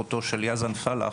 שהיא אחותו של יאזן פלאח,